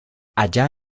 allá